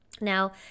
Now